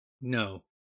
No